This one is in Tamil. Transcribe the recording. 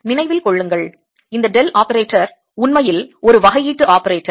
நினைவில் கொள்ளுங்கள் இந்த டெல் ஆபரேட்டர் உண்மையில் ஒரு வகையீட்டு ஆபரேட்டர்